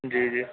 جی جی